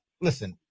Listen